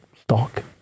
stock